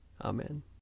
Amen